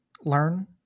learn